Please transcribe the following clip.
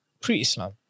pre-Islam